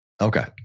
Okay